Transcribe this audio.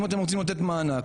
אם אתם רוצים לתת מענק,